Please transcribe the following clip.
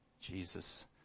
Jesus